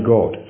God